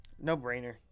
No-brainer